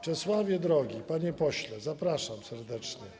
Czesławie drogi, panie pośle, zapraszam serdecznie.